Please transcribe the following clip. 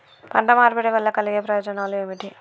పంట మార్పిడి వల్ల కలిగే ప్రయోజనాలు ఏమిటి?